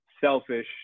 selfish